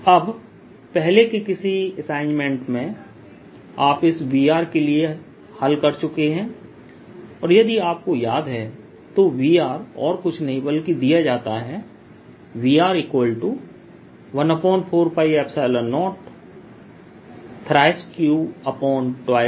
अब पहले के किसी असाइन्मन्ट में आप इस V के लिए हल कर चुके हैं और यदि आपको याद है तो V और कुछ भी नहीं बल्कि दिया जाता है Vr14π03Q2R 12Qr2R3